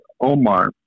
Omar